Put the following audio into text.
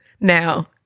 Now